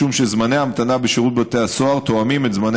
משום שזמני ההמתנה בשירות בתי הסוהר תואמים את זמני